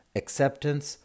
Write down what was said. acceptance